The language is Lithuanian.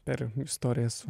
per istorija su